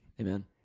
Amen